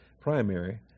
primary